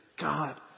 God